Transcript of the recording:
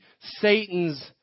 Satan's